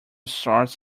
starts